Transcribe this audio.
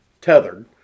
tethered